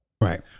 Right